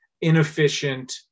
inefficient